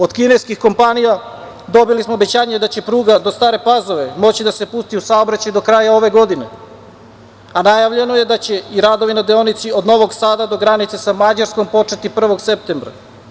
Od kineskih kompanija dobili smo obećanje da će pruga do Stare Pazove moći da se pusti u saobraćaj do kraja ove godine, a najavljeno je da će i radovi na deonici od Novog Sada do granice sa Mađarskom početi 1. septembra.